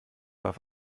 warf